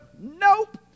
Nope